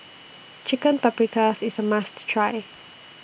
Chicken Paprikas IS A must Try